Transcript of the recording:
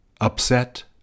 upset